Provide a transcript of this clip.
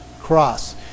cross